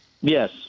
Yes